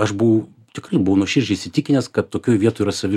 aš buvau tikrai nuoširdžiai įsitikinęs kad tokioj vietoj yra savi